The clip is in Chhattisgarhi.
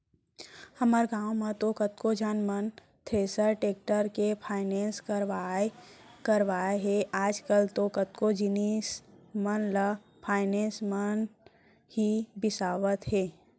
हमर गॉंव म तो कतको झन मन थेरेसर, टेक्टर के फायनेंस करवाय करवाय हे आजकल तो कतको जिनिस मन ल फायनेंस म ही बिसावत हें